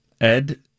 Ed